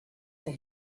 from